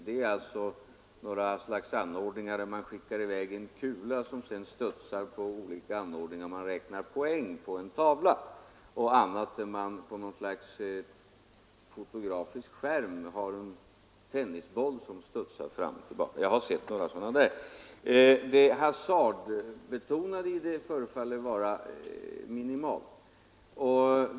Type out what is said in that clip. Det är några slags apparater där man skickar i väg en kula som sedan studsar på olika anordningar, och man räknar poäng på en tavla. Det förekommer också att man på något slags fotografisk skärm har en tennisboll som studsar fram och tillbaka. Jag har sett några sådana anordningar. Det hasardbetonade i dessa spel förefaller vara minimalt.